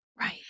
Right